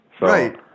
Right